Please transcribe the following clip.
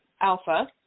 alpha